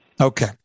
Okay